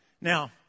Now